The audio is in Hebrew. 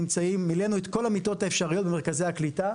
אנחנו היום מילאנו את כל המיטות האפשרויות במרכזי הקליטה.